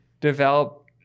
develop